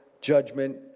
judgment